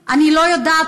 אני לא יודעת,